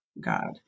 God